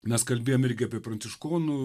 mes kalbėjom irgi apie pranciškonų